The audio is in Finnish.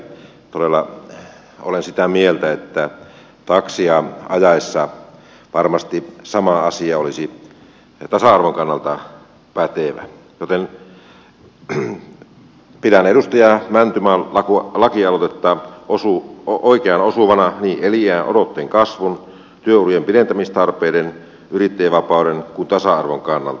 todella olen sitä mieltä että taksia ajaessa varmasti sama asia olisi tasa arvon kannalta pätevä joten pidän edustaja mäntymaan lakialoitetta oikeaan osuvana niin eliniänodotteen kasvun työurien pidentämistarpeiden yrittäjävapauden kuin tasa arvon kannalta